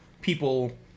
people